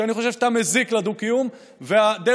שאני חושב שאתה מזיק לדו-קיום ושהדרך